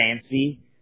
fancy